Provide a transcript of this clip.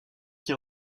qui